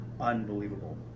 unbelievable